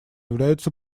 являются